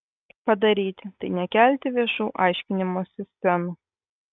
padaryti tai nekelti viešų aiškinimosi scenų